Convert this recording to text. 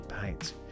paints